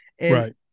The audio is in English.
Right